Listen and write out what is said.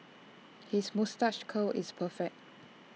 his moustache curl is perfect